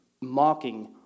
mocking